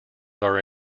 are